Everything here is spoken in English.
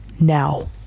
Now